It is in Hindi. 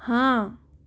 हाँ